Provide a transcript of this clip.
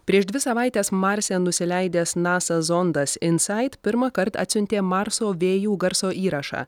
prieš dvi savaites marse nusileidęs nasa zondas insait pirmąkart atsiuntė marso vėjų garso įrašą